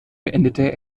beendete